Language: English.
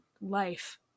life